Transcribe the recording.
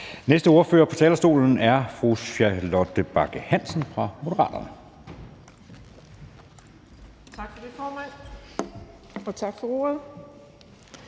næste ordfører på talerstolen er fru Charlotte Bagge Hansen fra Moderaterne. Kl. 13:25 (Ordfører)